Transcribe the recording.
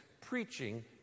preaching